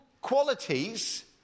qualities